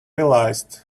realized